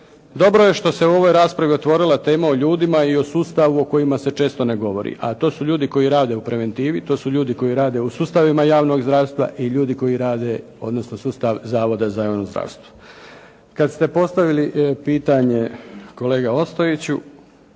dobro je što se u ovoj raspravi otvorila tema o ljudima i o sustavu o kojima se često ne govori, a to su ljudi koji rade u preventivi, to su ljudi koji rade u sustavima javnog zdravstva i ljudi koji rade odnosno sustav zavoda za javno zdravstvo. Kad ste postavili pitanje kolega Ostojiću,